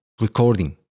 recording